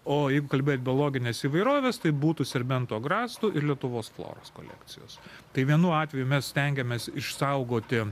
o jeigu kalbėt biologinės įvairovės tai būtų serbentų agrastų ir lietuvos floros kolekcijos tai vienu atveju mes stengiamės išsaugoti